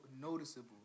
noticeable